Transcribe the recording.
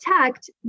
protect